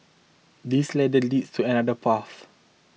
this ladder leads to another path